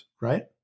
right